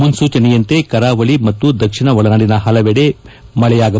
ಮುನ್ಸೂಚನೆಯಂತೆ ಕರಾವಳಿ ಮತ್ತು ದಕ್ಷಿಣ ಒಳನಾಡಿನ ಹಲವೆಡೆ ಮಳೆಯಾಗಿದೆ